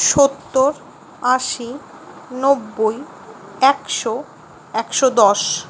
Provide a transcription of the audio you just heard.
সত্তর আশি নব্বই একশো একশো দশ